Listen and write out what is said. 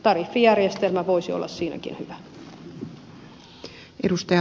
tariffijärjestelmä voisi olla siinäkin hyvä